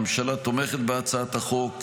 הממשלה תומכת בהצעת החוק.